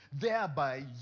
thereby